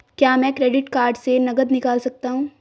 क्या मैं credit card से नकद निकाल सकता हूँ?